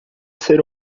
ser